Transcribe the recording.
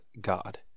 God